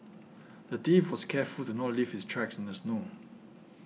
the thief was careful to not leave his tracks in the snow